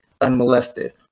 unmolested